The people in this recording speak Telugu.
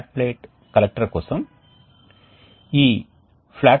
కాబట్టి మేము రీజెనరేటర్ తో ప్రారంభిస్తాము